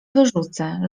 wyrzucę